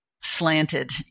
slanted